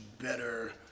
better